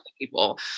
people